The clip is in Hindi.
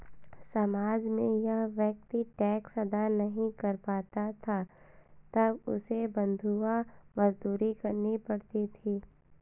समाज में जब व्यक्ति टैक्स अदा नहीं कर पाता था तब उसे बंधुआ मजदूरी करनी पड़ती थी